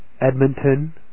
Edmonton